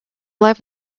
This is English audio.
life